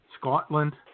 Scotland